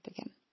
again